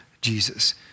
Jesus